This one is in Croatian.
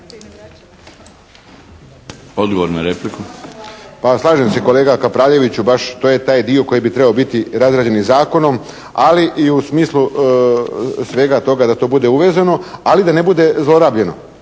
Pero (HSP)** Pa slažem se kolega Kapraljeviću. Baš to je taj dio koji bi trebao biti razrađen i zakonom, ali i u smislu svega toga da to bude uvezeno, ali da ne bude zlorabljeno.